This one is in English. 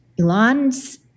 Elon's